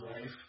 life